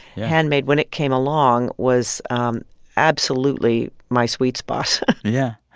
yeah handmaid, when it came along, was absolutely my sweet spot yeah.